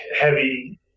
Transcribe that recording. heavy